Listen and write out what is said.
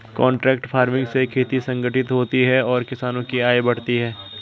contract farming से खेती संगठित होती है और किसानों की आय बढ़ती है